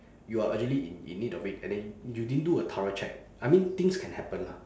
you are urgently in in need of it and then you didn't do a thorough check I mean things can happen lah